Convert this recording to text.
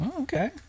okay